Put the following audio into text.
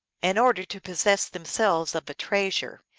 in order to possess themselves of a treasure.